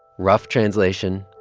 rough translation,